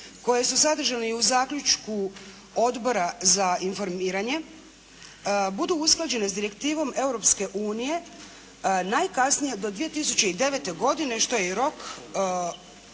koje su sadržane i u zaključku Odbora za informiranje, budu usklađene s direktivom Europske unije najkasnije do 2009. godine što je i rok Europske